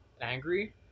angry